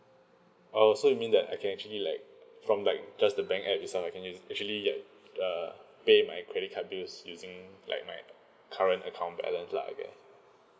oh so you mean that I can actually like from like just the bank app itself I can ac~ actually like uh pay my credit card bills using like my current account balance lah I guess